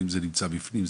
האם זה נמצא בפנים?